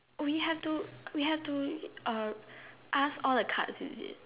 oh we have to we have to uh ask all the cards is it